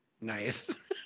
Nice